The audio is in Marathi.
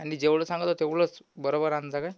आणि जेवढं सांगितलं तेवढंच बरोबर आण जा काय